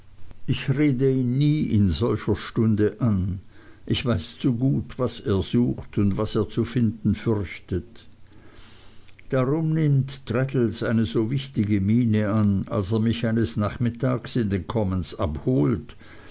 ich rede ihn nie in solcher stunde an ich weiß zu gut was er sucht und was er zu finden fürchtet warum nimmt traddles eine so wichtige miene an als er mich eines nachmittags in den commons abholt